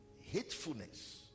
hatefulness